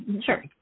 sure